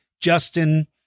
Justin